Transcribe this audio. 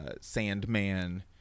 sandman